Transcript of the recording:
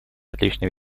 отличная